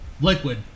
Liquid